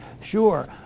Sure